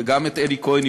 וגם את אלי כהן,